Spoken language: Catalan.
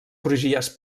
crugies